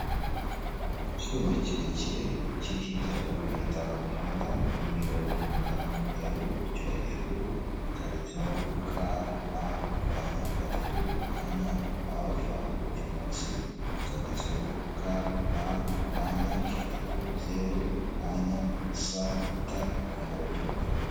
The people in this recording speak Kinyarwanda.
Icyuma kirekire kiriho ibyapa bibiri ndangamuhanda biri mu ibara ry'umukara n'umweru, icyo hejuru cyanditseho KN umwanya gatatu umwanya av, icyo munsi cyanditseho KN mwanya gatatu zeru, umwanya st mu ibara ry'umukara.